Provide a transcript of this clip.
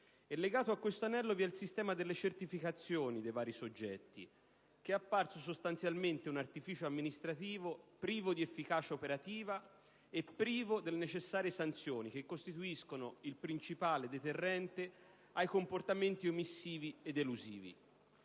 E legato a questo anello vi è il sistema delle certificazioni dei vari soggetti, che è apparso sostanzialmente un artificio amministrativo privo di efficacia operativa e privo delle necessarie sanzioni, che costituiscono il principale deterrente ai comportamenti omissivi ed elusivi.